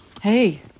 Hey